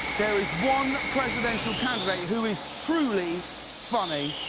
there's one presidential candidate who is truly funny.